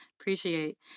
Appreciate